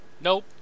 Nope